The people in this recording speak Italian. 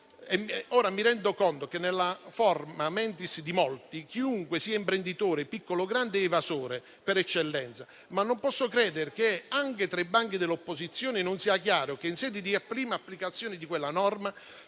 Ora, mi rendo conto che nella *forma mentis* di molti chiunque sia imprenditore, piccolo o grande, è evasore per eccellenza, ma non posso credere che anche tra i banchi dell'opposizione non sia chiaro che in sede di prima applicazione di quella norma